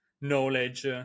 knowledge